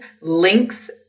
links